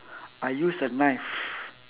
I use a knife